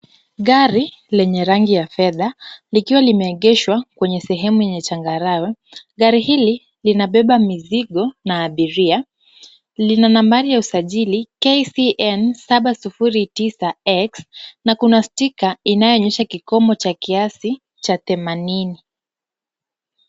Gari lenye rangi ya fedha likiwa limeegeshwa kwenye sehemu yenye changarawe. Gari hili linabeba mizigo na abiria . Lina nambari ya usajili KCN 709X na kuna stika inayoonyesha kikomo cha kiasi cha themanini.